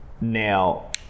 Now